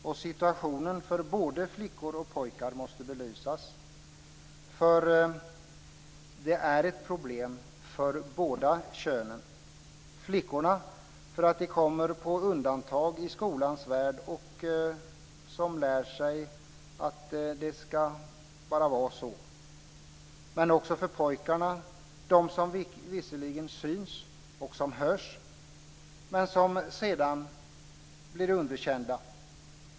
Och situationen för både flickor och pojkar måste belysas, för det är ett problem för båda könen. Flickorna kommer på undantag i skolans värld och lär sig att det så ska vara. Pojkarna visserligen syns och hörs, men många blir sedan underkända.